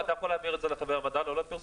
אתה יכול להעביר את זה לחברי הוועדה שלא לפרסום,